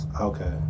Okay